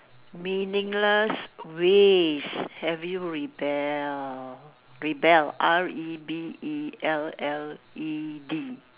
meaningless ways have you rebel rebelled R E B E L L E D